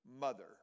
mother